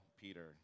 Peter